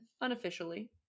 Unofficially